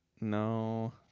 No